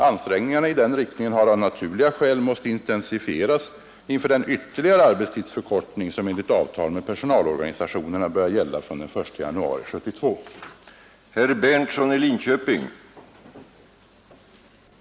Ansträngningarna i den riktningen har av naturliga skäl måst intensifieras inför den ytterligare arbetstidsförkortning som enligt avtal med personalorganisationerna börjar gälla fr.o.m. den 1 januari 1972.